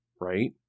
right